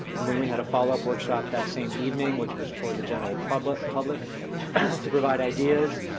and then we had a follow-up workshop that same evening which was for the general public public to provide ideas.